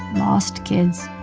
lost kids.